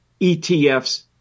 ETFs